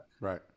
Right